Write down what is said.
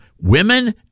women